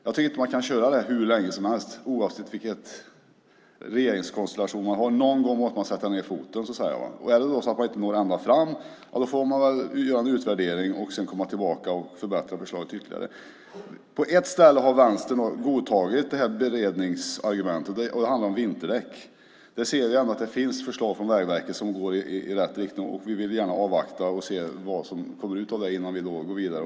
Jag tycker inte att man kan köra med det hur länge som helst, oavsett regeringskonstellation. Någon gång måste man sätta ned foten, så att säga. Är det så att man inte når ända fram får man väl göra en utvärdering och komma tillbaka och förbättra förslaget ytterligare. På ett ställe har Vänstern godtagit beredningsargumentet. Det handlar om vinterdäck. Det finns förslag från Vägverket som går i rätt riktning. Vi vill gärna avvakta och se vad de kan leda till innan vi går vidare.